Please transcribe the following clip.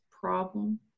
problem